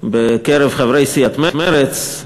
בקרב חברי סיעת מרצ,